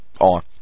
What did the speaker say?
on